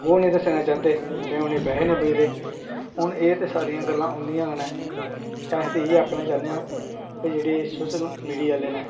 ओह् निं दस्सना चाह्दे जां उनेंगी पैहे निं पुज्जदे हून एह् ते सारियां गल्लां उंदियां गै न अस ते इयै आक्खना चाह्न्ने आं कि जेह्ड़े सशल मीडिया आह्ले न